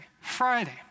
Friday